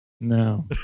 No